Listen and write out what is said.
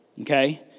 okay